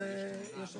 האקוטיים